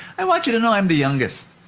i want you to know, i'm the youngest.